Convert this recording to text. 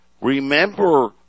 Remember